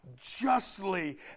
justly